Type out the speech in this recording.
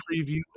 preview